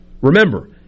Remember